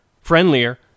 friendlier